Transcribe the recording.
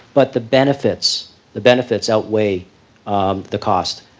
but the benefits the benefits outweigh um the cost,